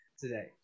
today